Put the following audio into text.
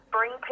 Bring